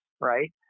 right